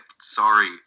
sorry